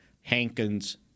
Hankins